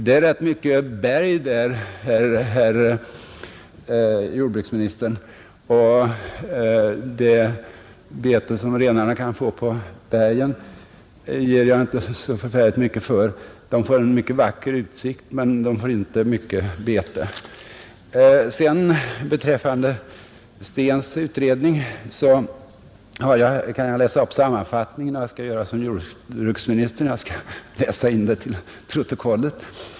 Det är rätt mycket berg där, herr jordbruksminister, och det bete som renarna kan få på bergen ger jag inte så förfärligt mycket för; de får en mycket vacker utsikt, men de får inte mycket bete. När det gäller Steens utredning kan jag helt enkelt läsa upp samernas sammanfattning; jag skall göra som jordbruksministern, jag skall läsa in den till protokollet.